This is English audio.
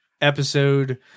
Episode